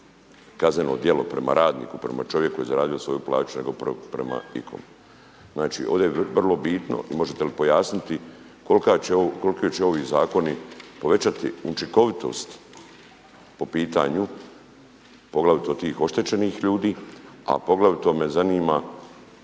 kazneno djelo prema radniku prema čovjeku koji je zaradio svoju plaću nego prema ikom. Znači ovdje je vrlo bitno i možete li pojasniti koliko će ovi zakoni povećati učinkovitost po pitanju poglavito tih oštećenih ljudi, a poglavito me zanima